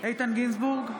איתן גינזבורג,